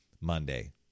Monday